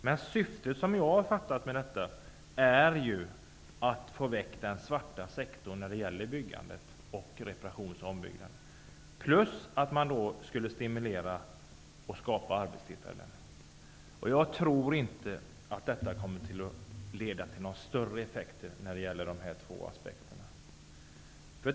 Jag har dock uppfattat att syftet med detta är att få bort den svarta sektorn inom byggande, reparation och ombyggnader. Man vill även stimulera och skapa arbetstillfällen. Jag tror inte att det kommer att bli någon större effekt när det gäller dessa två aspekter.